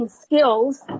skills